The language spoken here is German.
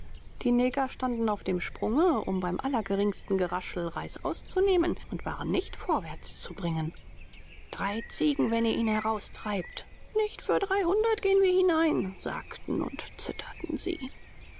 die neger standen auf dem sprunge um beim allergeringsten geraschel reißaus zu nehmen und waren nicht vorwärts zu bringen drei ziegen wenn ihr ihn heraustreibt nicht für gehen wir hinein sagten und zitterten sie